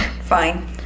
fine